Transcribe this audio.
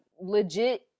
legit